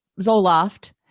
Zoloft